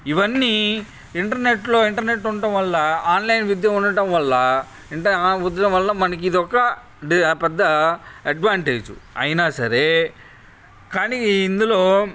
ఇవన్నీ ఇంటర్నెట్లో ఇంటర్నెట్ ఉండడం వల్ల ఆన్లైన్ విద్య ఉండడం వల్ల ఇంట ఉండడం వల్ల మనకి ఇదొక పెద్ద అడ్వాన్టేజు అయినా సరే కానీ ఇందులో